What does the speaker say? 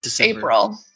April